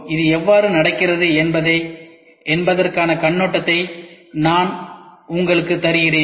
இது எவ்வாறு நடக்கிறது என்பதற்கான கண்ணோட்டத்தை நான் உங்களுக்கு தருகிறேன்